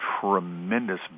tremendous